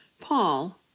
Paul